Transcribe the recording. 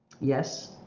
Yes